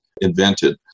invented